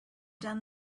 done